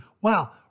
Wow